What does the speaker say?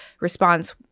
response